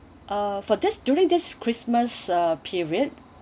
uh for this during this christmas uh period